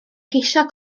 ceisio